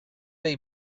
dei